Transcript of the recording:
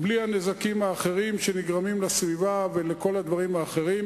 בלי הנזקים האחרים שנגרמים לסביבה ולכל הדברים האחרים.